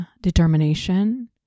determination